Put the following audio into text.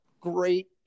Great